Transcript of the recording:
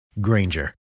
Granger